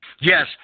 Yes